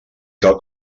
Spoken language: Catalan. cal